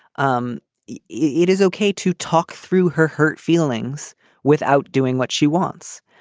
um yeah it is okay to talk through her hurt feelings without doing what she wants.